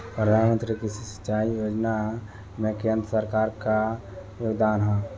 प्रधानमंत्री कृषि सिंचाई योजना में केंद्र सरकार क का योगदान ह?